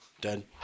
Dead